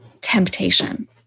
temptation